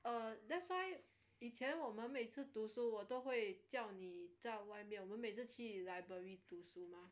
err that's why 以前我们每次读书我都会叫你在外面我们每次去 library 读书吗